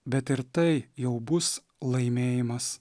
bet ir tai jau bus laimėjimas